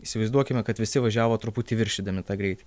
įsivaizduokime kad visi važiavo truputį viršydami tą greitį